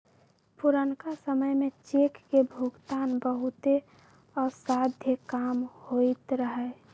पुरनका समय में चेक के भुगतान बहुते असाध्य काम होइत रहै